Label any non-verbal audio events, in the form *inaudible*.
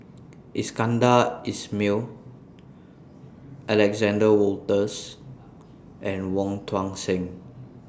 *noise* Iskandar Ismail Alexander Wolters and Wong Tuang Seng